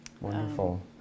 Wonderful